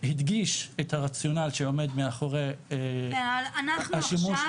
הדגיש את הרציונל שעומד מאחורי השימוש --- אנחנו